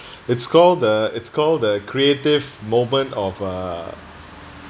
it's called the it's called the creative moment of uh